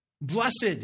Blessed